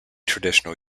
traditional